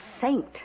saint